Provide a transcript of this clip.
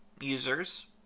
users